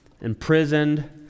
imprisoned